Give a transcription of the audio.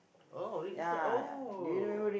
oh ri~ oh